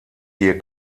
hier